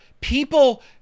people